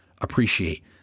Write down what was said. appreciate